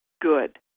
good